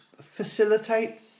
facilitate